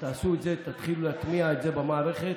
שתעשו את זה, תתחילו להטמיע את זה במערכת.